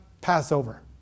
Passover